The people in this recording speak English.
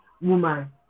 woman